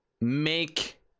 Make